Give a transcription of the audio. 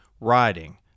RIDING